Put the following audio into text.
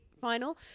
final